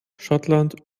schottland